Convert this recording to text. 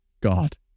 God